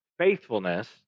faithfulness